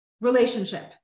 relationship